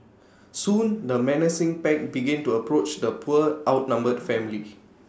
soon the menacing pack began to approach the poor outnumbered family